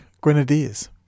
grenadiers